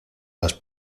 las